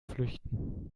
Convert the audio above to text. flüchten